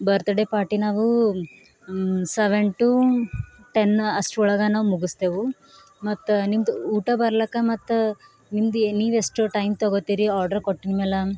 birthday party ನಾವು seven to ten ಅಷ್ಟ್ರೊಳಗ ನಾವು ಮುಗಿಸ್ತೇವು ಮತ್ತು ನಿಮ್ಮದು ಊಟ ಬರ್ಲಿಕ್ಕ ಮತ್ತು ನಿಮ್ಮದು ಎ ನೀವು ಎಷ್ಟು ಟೈಮ್ ತೊಗೊತ್ತಿರಿ ಆರ್ಡರ್ ಕೊಟ್ಟ ಮೇಲೆ